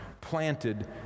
planted